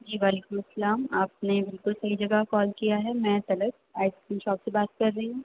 جی وعلیکم السّلام آپ نے بالکل صحیح جگہ کال کیا ہے میں طلعت آئس کریم شاپ سے بات کر رہی ہوں